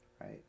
right